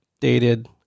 dated